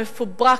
המפוברק,